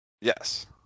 Yes